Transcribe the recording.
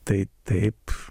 tai taip